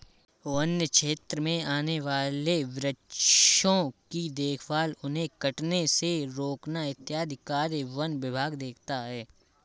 वन्य क्षेत्र में आने वाले वृक्षों की देखभाल उन्हें कटने से रोकना इत्यादि कार्य वन विभाग देखता है